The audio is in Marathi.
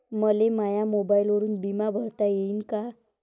मले माया मोबाईलवरून बिमा भरता येईन का?